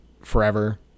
forever